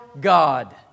God